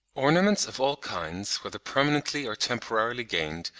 ornaments of all kinds, whether permanently or temporarily gained,